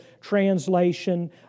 translation